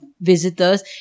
visitors